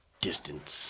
Distance